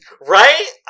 Right